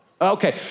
Okay